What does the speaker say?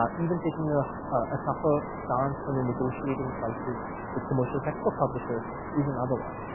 um even taking ah a tougher stance when you're negotiating prices with commercial textbook publishers is another one.